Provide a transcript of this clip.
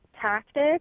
tactics